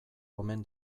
omen